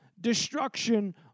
destruction